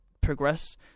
progress